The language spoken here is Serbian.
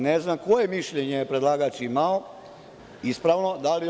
Ne znam koje mišljenje je predlagač imao ispravno, da li ono